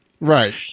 Right